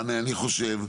אני חושב,